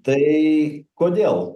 tai kodėl